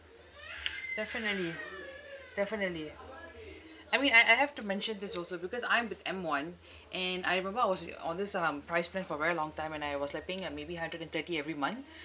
definitely definitely I mean I I have to mention this also because I'm with M one and I remember I was with on this um price plan for a very long time and I was like paying uh maybe hundred and thirty every month